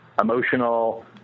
emotional